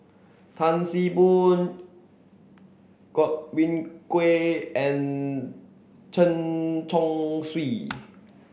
Tan See Boo Godwin Koay and Chen Chong Swee